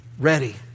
ready